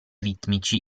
ritmici